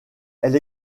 elle